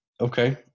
Okay